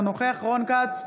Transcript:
אינו נוכח רון כץ,